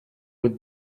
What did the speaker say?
with